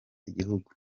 igihugu